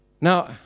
Now